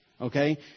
Okay